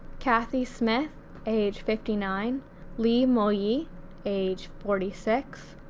kathy smith age fifty nine li mouyi age forty six,